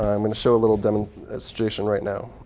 i'm going to show a little demonstration right now.